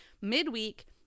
Midweek